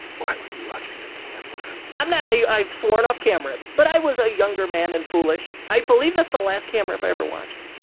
why were you watching a cam rip? i'm not, i've sworn off cam rips, but i was a younger man and foolish. i believe that's the last cam rip i ever watched.